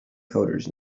coders